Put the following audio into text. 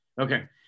okay